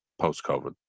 post-COVID